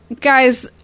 Guys